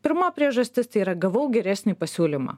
pirma priežastis tai yra gavau geresnį pasiūlymą